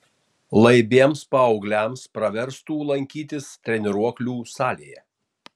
laibiems paaugliams praverstų lankytis treniruoklių salėje